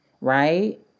right